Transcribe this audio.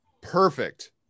Perfect